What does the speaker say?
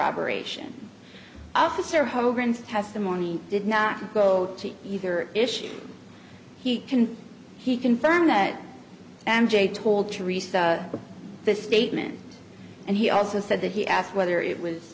aberration officer hogans testimony did not go to either issue he can he confirm that m j told teresa with this statement and he also said that he asked whether it was